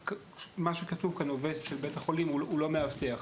מה שכתוב כאן "עובד של בית החולים" הוא לא מאבטח.